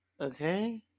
okay